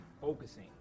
focusing